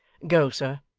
go, sir,